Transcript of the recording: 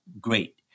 great